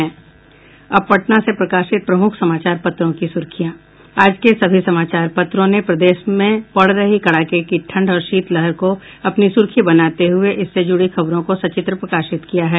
अब पटना से प्रकाशित प्रमुख समाचार पत्रों की सुर्खियां आज के सभी समाचार पत्रों ने प्रदेश में पड़ रही कड़ाके की ठंड और शीतलहर को अपनी सुर्खी बनाते हुये इससे जुड़ी खबरों को सचित्र प्रकाशित किया है